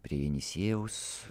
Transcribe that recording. prie jenisiejaus